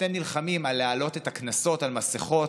אתם נלחמים להעלות את הקנסות על מסכות,